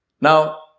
Now